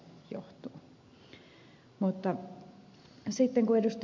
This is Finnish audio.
mutta kun ed